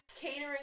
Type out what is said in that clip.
catering